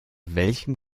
welchem